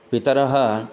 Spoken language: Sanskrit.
पितरः